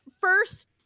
first